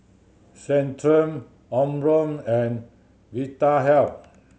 Centrum Omron and Vitahealth